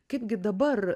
kaipgi dabar